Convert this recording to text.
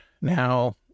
Now